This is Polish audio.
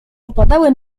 opadały